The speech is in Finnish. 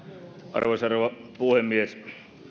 arvoisa rouva puhemies